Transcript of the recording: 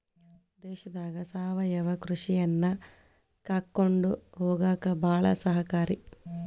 ದೇಶದಾಗ ಸಾವಯವ ಕೃಷಿಯನ್ನಾ ಕಾಕೊಂಡ ಹೊಗಾಕ ಬಾಳ ಸಹಕಾರಿ